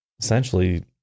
essentially